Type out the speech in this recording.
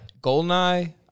Goldeneye